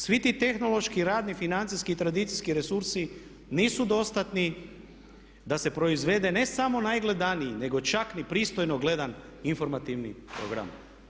Svi ti tehnološki, radni, financijski i tradicijski resursi nisu dostatni da se proizvede ne samo najgledaniji nego čak ni pristojno gledan informativni program.